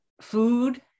food